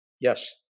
Yes